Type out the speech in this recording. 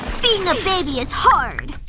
being a baby is hard